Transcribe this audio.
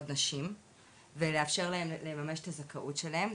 נשים ולאפשר להן לממש את הזכאות שלהן,